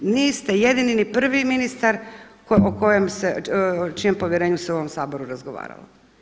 Niste jedini ni prvi ministar o čijem se povjerenju se u ovom Saboru razgovaralo.